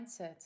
mindset